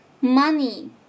Money